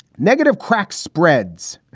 negative crack spreads.